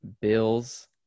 Bills